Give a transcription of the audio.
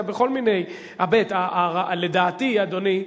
אדוני,